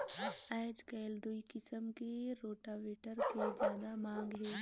आयज कायल दूई किसम के रोटावेटर के जादा मांग हे